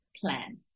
plan